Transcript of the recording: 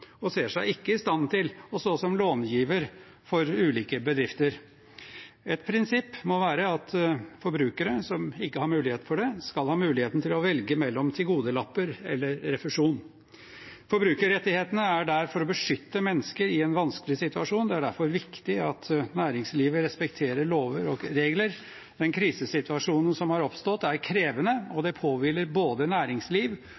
og ser seg ikke i stand til å stå som långiver for ulike bedrifter. Et prinsipp må være at forbrukere som ikke har mulighet for det, skal ha muligheten til å velge mellom tilgodelapper eller refusjon. Forbrukerrettighetene er der for å beskytte mennesker i en vanskelig situasjon. Det er derfor viktig at næringslivet respekterer lover og regler. Den krisesituasjonen som har oppstått, er krevende, og